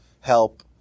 help